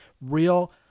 real